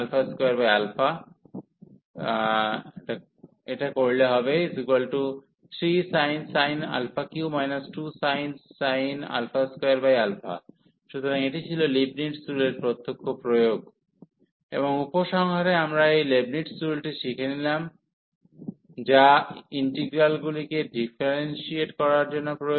2 2sin 3 sin 2 3sin 3 2sin 2 সুতরাং এটি ছিল লিবনিটজ রুলের প্রত্যক্ষ প্রয়োগ এবং উপসংহারে আমরা এই লেবনিটজ রুলটি শিখেলাম যা ইন্টিগ্রালগুলিকে ডিফারেন্সিয়েট করার জন্য প্রয়োজন